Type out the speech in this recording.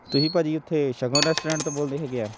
ਤੁਸੀਂ ਭਾਅ ਜੀ ਉਥੇ ਸ਼ਗਨ ਰੈਸਟੋਰੈਂਟ ਤੋਂ ਬੋਲਦੇ ਹੈਗੇ ਆ